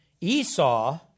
Esau